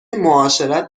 معاشرت